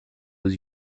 vos